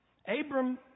Abram